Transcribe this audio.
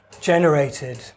generated